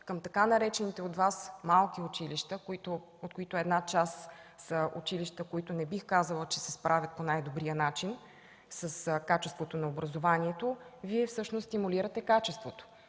към така наречените от Вас „малки училища”, от които една част са такива, които не бих казала че се справят по най-добрия начин с качеството на образованието, Вие всъщност стимулирате качеството?